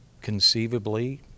conceivably